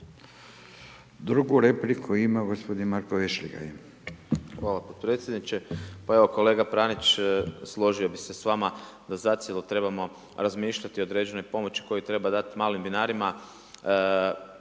Drugu repliku ima gospodin Marko Vešligaj.